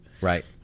Right